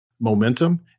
momentum